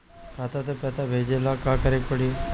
खाता से पैसा भेजे ला का करे के पड़ी?